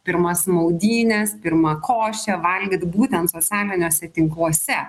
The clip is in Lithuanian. pirmas maudynes pirmą košę valgyt būtent socialiniuose tinkluose